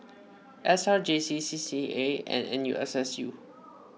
S R J C C C A and N U S S U